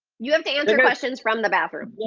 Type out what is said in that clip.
you have to answer questions from the bathroom.